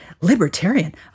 libertarian